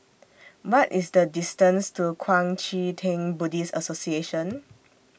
What IS The distance to Kuang Chee Tng Buddhist Association